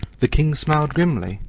the king smiled grimly.